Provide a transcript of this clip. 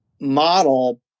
model